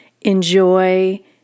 enjoy